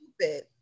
Stupid